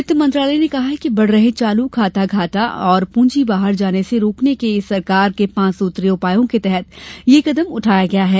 वित्त मंत्रालय ने कहा है कि बढ़ रहे चालू खाता घाटा और पूंजी बाहर जाने से रोकने के सरकार के पांच सुत्रीय उपायों के तहत यह कदम उठाया गया है